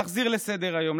להחזיר לסדר-היום,